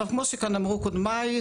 כמו שכאן אמרו קודמיי,